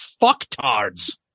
fucktards